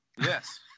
Yes